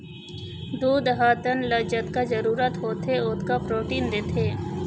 दूद ह तन ल जतका जरूरत होथे ओतका प्रोटीन देथे